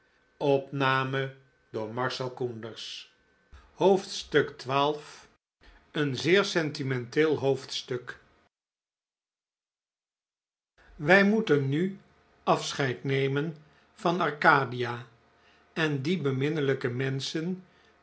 een leer sentimenteel moofdstuk ij moeten nu afscheid nemen van arcadia en die beminnelijke menschen